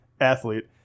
athlete